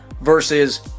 versus